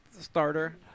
starter